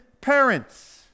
parents